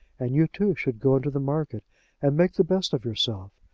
and you, too, should go into the market and make the best of yourself.